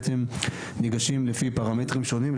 בעצם ניגשים לפי פרמטרים שונים,